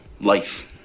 life